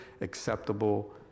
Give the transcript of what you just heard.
acceptable